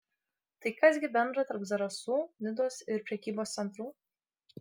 tai kas gi bendro tarp zarasų nidos ir prekybos centrų